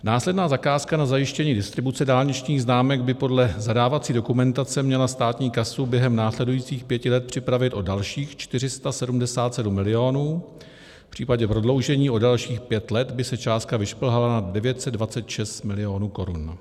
Následná zakázka na zajištění distribuce dálničních známek by podle zadávací dokumentace měla státní kasu během následujících pěti let připravit o dalších 477 milionů, v případě prodloužení o dalších pět let by se částka vyšplhala na 926 milionů korun.